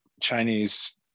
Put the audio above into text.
Chinese